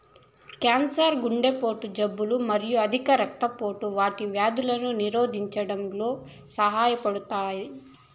cancer, గుండె జబ్బులు మరియు అధిక రక్తపోటు వంటి వ్యాధులను నిరోధించడంలో సహాయపడతాయి